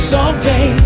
Someday